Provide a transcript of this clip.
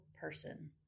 person